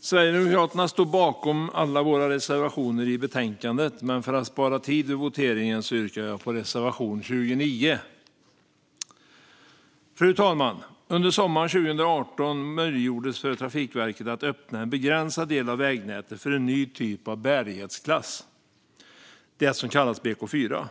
i Sverigedemokraterna står bakom alla våra reservationer i betänkandet, men för att spara tid vid voteringen yrkar jag bifall till reservation 29. Fru talman! Under sommaren 2018 möjliggjordes för Trafikverket att öppna en begränsad del av vägnätet för en ny typ av bärighetsklass, den som kallas BK4.